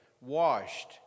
washed